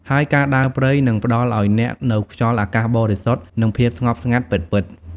ហើយការដើរព្រៃនឹងផ្តល់ឲ្យអ្នកនូវខ្យល់អាកាសបរិសុទ្ធ និងភាពស្ងប់ស្ងាត់ពិតៗ។